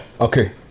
Okay